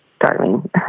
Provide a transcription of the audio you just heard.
darling